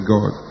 God